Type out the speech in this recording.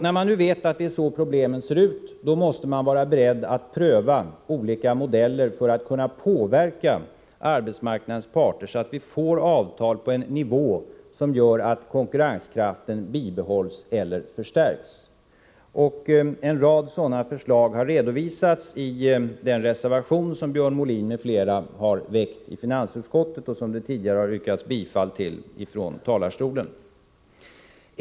När man nu vet att problemen ser ut på detta sätt måste man vara beredd att pröva olika modeller för att kunna påverka arbetsmarknadens parter så att vi får avtal på en nivå som gör att konkurrenskraften bibehålls eller förstärks. En rad sådana förslag har redovisats i den reservation som Björn Molin m.fl. har avgett i finansutskottet och som det tidigare har yrkats bifall till från talarstolen.